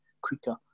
quicker